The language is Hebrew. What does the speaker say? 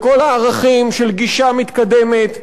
לכל הערכים של גישה מתקדמת.